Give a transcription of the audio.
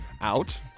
out